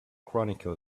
chronicle